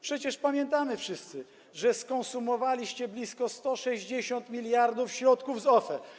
Przecież pamiętamy wszyscy, że skonsumowaliście blisko 160 mld środków z OFE.